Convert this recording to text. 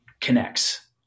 connects